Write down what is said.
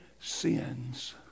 sins